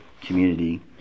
community